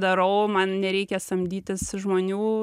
darau man nereikia samdytis žmonių